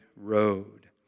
road